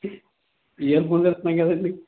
earphones వస్తున్నాయి కదండి